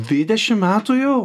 dvidešim metų jau